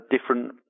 different